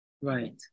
Right